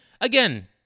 again